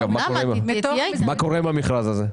מה קורה עם המכרז הזה?